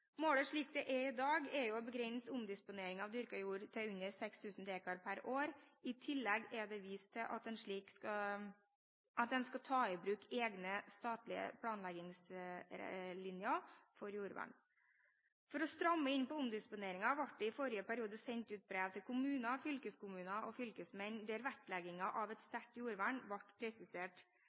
Målet slik det er i dag, er å begrense omdisponeringen av dyrket jord til under 6 000 dekar per år. I tillegg er det vist til at man skal ta i bruk egne statlige planleggingslinjer for jordvern. For å stramme inn på omdisponeringen ble det i forrige periode sendt ut brev til kommuner, fylkeskommuner og fylkesmenn der vektleggingen av et sterkt jordvern ble presisert.